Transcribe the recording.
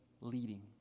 leading